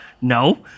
no